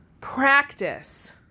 practice